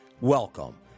Welcome